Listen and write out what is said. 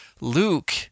Luke